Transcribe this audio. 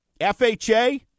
FHA